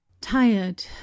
tired